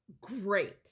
Great